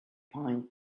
pine